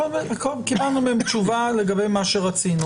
קיבלנו מהם תשובה לגבי מה שרצינו.